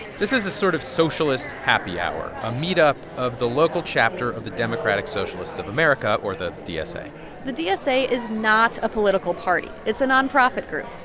this is a sort of socialist happy hour, a meetup of the local chapter of the democratic socialists of america or the dsa the dsa is not a political party. it's a nonprofit group.